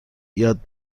یاد